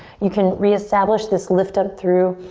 you can reestablish this lift up through